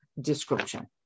description